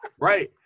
Right